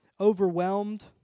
overwhelmed